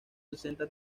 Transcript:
sesenta